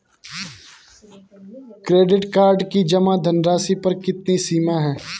Credit card की जमा धनराशि पर कितनी सीमा है?